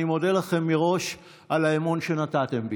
אני מודה לכם מראש על האמון שנתתם בי.